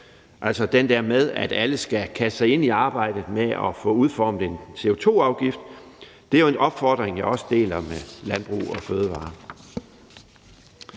altså den der med, at alle skal kaste sig ind i arbejdet med at få udformet en CO2-afgift, som jeg også deler med Landbrug & Fødevarer.